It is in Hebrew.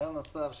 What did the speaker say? סגן השר שלי,